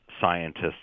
scientists